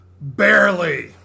Barely